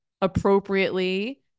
appropriately